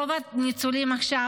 רוב הניצולים עכשיו,